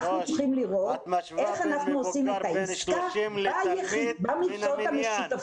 אנחנו צריכים לראות איך אנחנו עושים את העסקה במקצועות המשותפים.